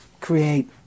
create